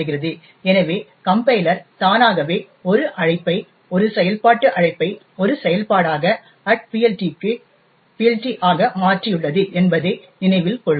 எனவே கம்பைலர் தானாகவே ஒரு அழைப்பை ஒரு செயல்பாட்டு அழைப்பை ஒரு செயல்பாடாக PLT ஆக மாற்றியுள்ளது என்பதை நினைவில் கொள்க